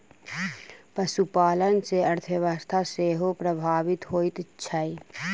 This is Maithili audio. पशुपालन सॅ अर्थव्यवस्था सेहो प्रभावित होइत छै